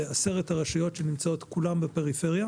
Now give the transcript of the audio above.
ל-10 הרשויות שנמצאות כולן בפריפריה.